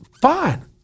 fine